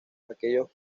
aquellos